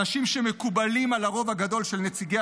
אנשים שמקובלים על הרוב הגדול של נציגי